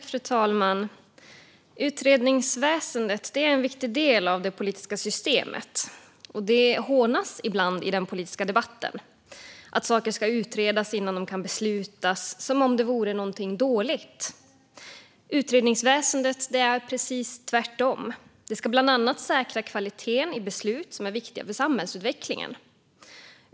Fru talman! Utredningsväsendet är en viktig del av det politiska systemet. Det hånas ibland i den politiska debatten att saker ska utredas innan de kan beslutas, som om det vore något dåligt. Utredningsväsendet är precis tvärtom. Det ska bland annat säkra kvaliteten i beslut som är viktiga för samhällsutvecklingen.